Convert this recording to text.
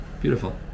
Beautiful